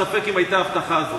ספק אם היתה ההבטחה הזאת.